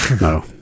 no